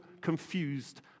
confused